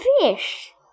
fish